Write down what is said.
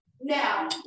Now